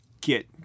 get